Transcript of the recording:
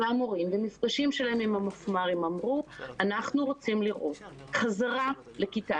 המורים במפגשים שלהם עם המפמ"רים אמרו: אנחנו רוצים לראות חזרה לכיתה,